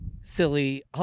silly